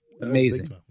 Amazing